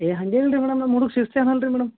ಏಯ್ ಹಾಗೇನಿಲ್ರಿ ಮೇಡಮ್ ನಮ್ಮ ಹುಡುಗ ಶಿಸ್ತೇನಲ್ರಿ ಮೇಡಮ್